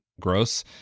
gross